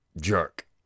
jerk